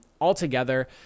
altogether